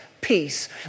peace